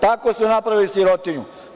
Tako su napravili sirotinju.